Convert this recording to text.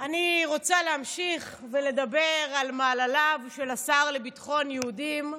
אני רוצה להמשיך ולדבר על מעלליו על השר לביטחון יהודים,